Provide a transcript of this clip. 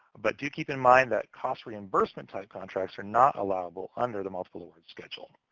but do keep in mind that cost reimbursement type contracts are not allowable under the multiple awards schedule.